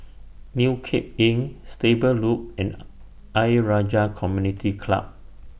New Cape Inn Stable Loop and Ayer Rajah Community Club